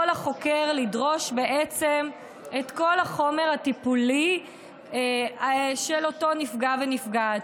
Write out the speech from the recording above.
יכול החוקר לדרוש בעצם את כל החומר הטיפולי של אותו נפגע ונפגעת,